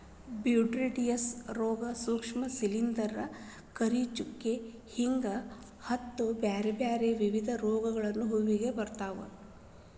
botrytis ರೋಗ, ಸೂಕ್ಷ್ಮ ಶಿಲಿಂದ್ರ, ಕರಿಚುಕ್ಕಿ ಹಿಂಗ ಹತ್ತ್ ಬ್ಯಾರ್ಬ್ಯಾರೇ ವಿಧದ ರೋಗಗಳು ಹೂವಿಗೆ ಬರ್ತಾವ